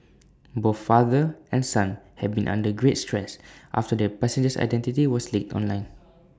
both father and son have been under great stress after the passenger's identity was leaked online